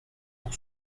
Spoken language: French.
pour